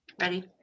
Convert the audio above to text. Ready